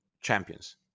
champions